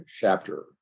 chapter